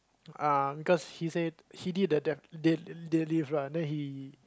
um cause he said he did the dai~ dai~ daily run then he